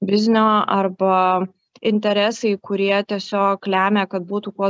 biznio arba interesai kurie tiesiog lemia kad būtų kuo